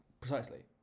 Precisely